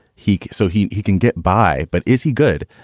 he so he he can get by. but is he good?